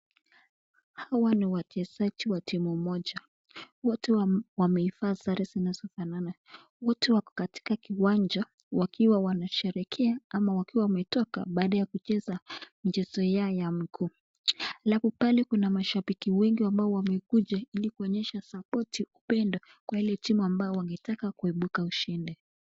Hawa ni wachezaji wa timu moja, Wote wameiva sare zinazo fanana wote wako katika kiwanja wakiwa wanasherekea ama wakiwa wametoka baada ya kucheza mchezo yao ya mguu, Halafu pale kuna mashabiki wengi ambao wamekuja ili kuonyesha sapoti upendo kwa ile timu wangetaka kuepuka ushindi.